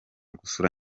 gusura